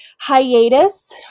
hiatus